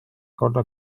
korda